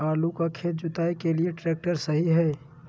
आलू का खेत जुताई के लिए ट्रैक्टर सही है?